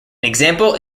example